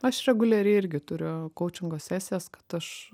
aš reguliariai irgi turiu koučingo sesijas kad aš